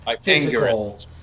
physical